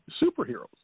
superheroes